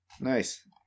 Nice